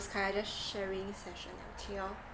those kind just sharing session okay loh